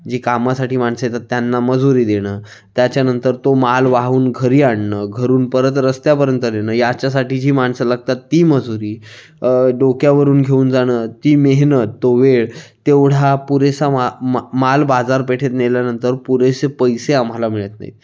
जी कामासाठी माणसं येतात त्यांना मजुरी देणं त्याच्यानंतर तो माल वाहून घरी आणणं घरून परत रस्त्यापर्यंत नेणं याच्यासाठी जी माणसं लागतात ती मजुरी डोक्यावरून घेऊन जाणं ती मेहनत तो वेळ तेवढा पुरेसा मा मा माल बाजारपेठेत नेल्यानंतर पुरेसे पैसे आम्हाला मिळत नाहीत